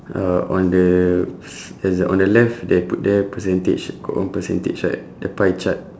uh on the there's a on the left they put there percentage got one percentage right the pie chart